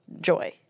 joy